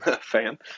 fan